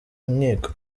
nkiko